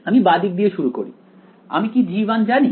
আমি বাঁ দিক দিয়ে শুরু করি আমি কি g1 জানি